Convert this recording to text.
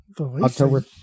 October